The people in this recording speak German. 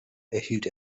erhielt